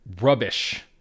Rubbish